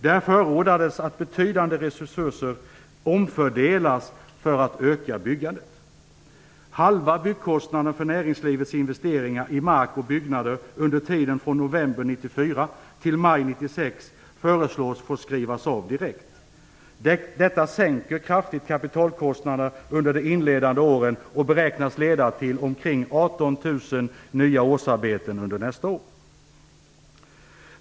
Där förordas att betydande resurser omfördelas för att öka byggandet: Halva byggkostnaden för näringslivets investeringar i mark och byggnader under tiden från november 1994 till maj 1996 föreslås få skrivas av direkt. Det sänker kraftigt kapitalkostnaderna under de inledande åren och beräknas leda till omkring 18 000 nya årsarbeten under nästa år.